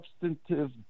substantive